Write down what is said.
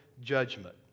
judgment